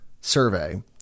survey